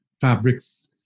fabrics